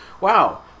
wow